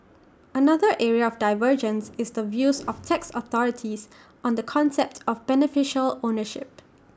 another area of divergence is the views of tax authorities on the concept of beneficial ownership